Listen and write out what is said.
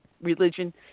religion